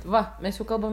va mes jau kalbam